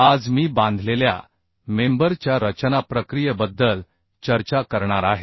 आज मी बांधलेल्या मेंबर च्या रचना प्रक्रियेबद्दल चर्चा करणार आहे